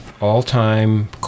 all-time